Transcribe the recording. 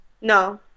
No